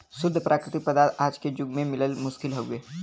शुद्ध प्राकृतिक पदार्थ आज के जुग में मिलल मुश्किल हउवे